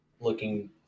looking